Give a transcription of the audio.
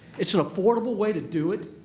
it's an affordable way to do it.